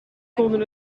konden